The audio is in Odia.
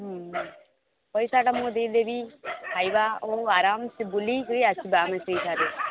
ହୁଁ ପଇସାଟା ମୁଁ ଦେଇଦେବି ଖାଇବା ଓ ଆରାମସେ ବୁଲିକରି ଆସିବା ଆମେ ସେଇଠାରେ